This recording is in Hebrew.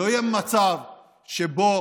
לא יהיה מצב שבו